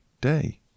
day